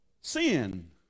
sin